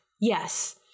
Yes